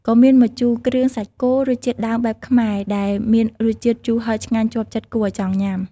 ក៏មាន ម្ជូរគ្រឿងសាច់គោ រសជាតិដើមបែបខ្មែរដែលមានរសជាតិជូរហឹរឆ្ងាញ់ជាប់ចិត្តគួរឲ្យចង់ញ៉ាំ។